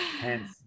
Hence